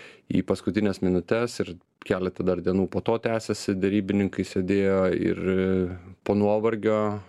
į paskutines minutes ir keletą dar dienų po to tęsiasi derybininkai sėdėjo ir po nuovargio